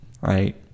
right